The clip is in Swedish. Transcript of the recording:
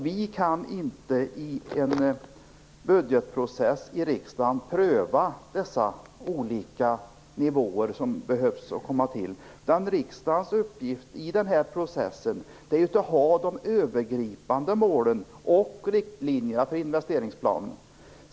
Vi kan inte i en budgetprocess i riksdagen pröva de olika nivåer som behöver komma till. Riksdagens uppgift i den här processen är att ha de övergripande målen och riktlinjerna för investeringsplanen.